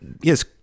yes